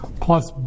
plus